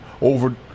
over